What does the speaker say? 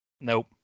Nope